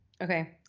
Okay